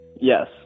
Yes